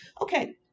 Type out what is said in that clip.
okay